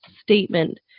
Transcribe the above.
statement